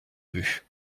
vue